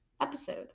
episode